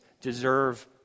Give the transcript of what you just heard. deserve